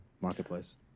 marketplace